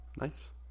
Nice